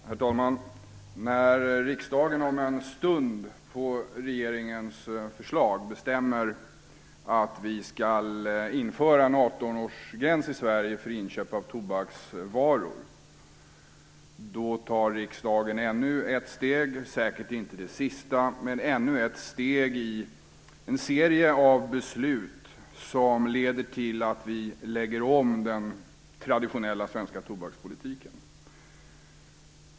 Herr talman! När riksdagen om en stund på regeringens förslag bestämmer att vi skall införa en 18 årsgräns i Sverige för inköp av tobaksvaror tar riksdagen ännu ett steg - säkert inte det sista - i en serie beslut som leder till att vi lägger om den traditionella svenska tobakspolitiken.